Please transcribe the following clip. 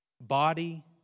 Body